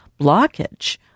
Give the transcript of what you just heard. Blockage